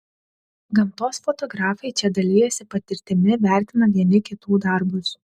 gamtos fotografai čia dalijasi patirtimi vertina vieni kitų darbus